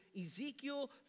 Ezekiel